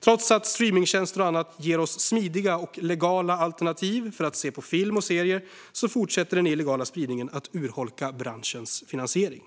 Trots att streamingtjänster och annat ger oss smidiga och legala alternativ för att se på film och serier fortsätter den illegala spridningen att urholka branschens finansiering.